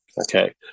Okay